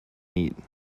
meat